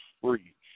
free